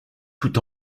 tout